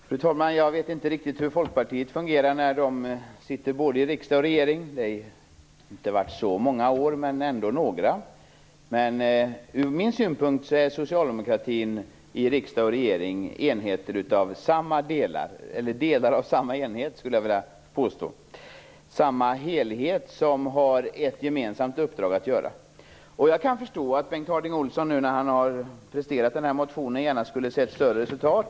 Fru talman! Jag vet inte riktigt hur Folkpartiet fungerar när man sitter både i riksdagen och i regeringen. Det har inte förekommit i så många år, men ändå i några. Ur min synpunkt är socialdemokraterna i riksdagen och socialdemokraterna i regeringen delar av samma enhet. Det är en helhet, och man har ett gemensamt uppdrag att utföra. Jag kan förstå att Bengt Harding Olson - när han nu har presterat den här motionen - gärna skulle ha sett ett större resultat.